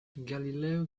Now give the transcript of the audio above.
galileo